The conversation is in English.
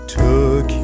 took